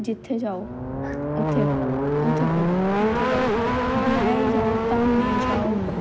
जित्थे जाओ उत्थे उत्थै फोटो जित्थे जाओ उत्थै ब्याहें जाओ धामें जाओ